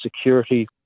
security